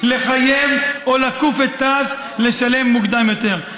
לחייב או לכוף את תע"ש לשלם מוקדם יותר.